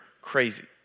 crazy